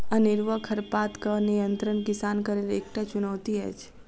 अनेरूआ खरपातक नियंत्रण किसानक लेल एकटा चुनौती अछि